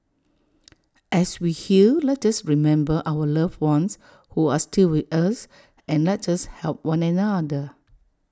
as we heal let us remember our loved ones who are still with us and let us help one another